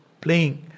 playing